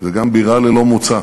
וגם בירה ללא מוצא,